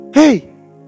Hey